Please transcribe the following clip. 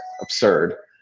absurd